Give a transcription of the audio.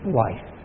life